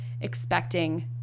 expecting